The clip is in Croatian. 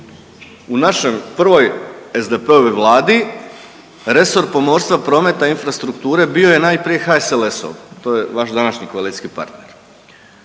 u našoj prvoj SDP-ovoj Vladi resor pomorstva, prometa i infrastrukture bio je najprije HSLS-ov, to je vaš današnji koalicijski partner,